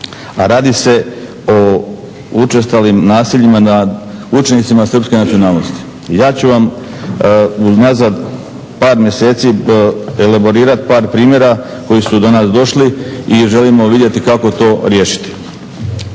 a radi se o učestalim nasiljima nad učenicima srpske nacionalnosti. Ja ću vam unazad par mjeseci elaborirati par primjera koji su do nas došli i želimo vidjeti kako to riješiti.